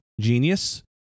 genius